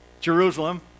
Jerusalem